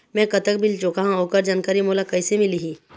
मैं कतक बिल चुकाहां ओकर जानकारी मोला कइसे मिलही?